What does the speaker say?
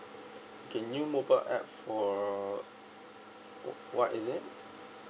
okay new mobile app for wh~ what is it